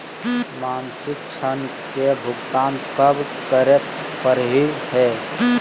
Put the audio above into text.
मासिक ऋण के भुगतान कब करै परही हे?